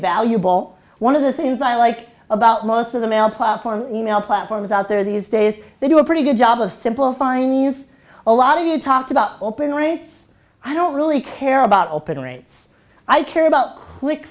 valuable one of the things i like about most of the mail platforms e mail platforms out there these days they do a pretty good job of simplifying use a lot of you talked about open rates i don't really care about open rates i care about click